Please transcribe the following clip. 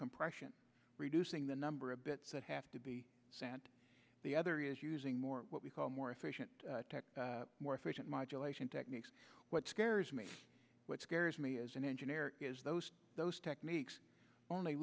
compression reducing the number of bits that have to be sent the other is using more what we call more efficient more efficient modulation techniques what scares me what scares me as an engineer is those those techniques only